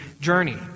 journey